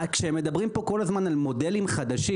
אז כשהם מדברים פה כל הזמן על מודלים חדשים